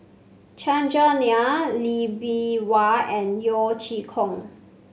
Chandran Nair Lee Bee Wah and Yeo Chee Kiong